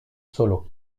solo